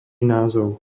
názov